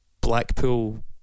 Blackpool